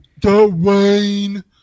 Dwayne